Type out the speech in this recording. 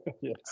yes